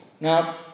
Now